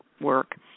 work